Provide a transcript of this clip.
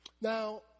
Now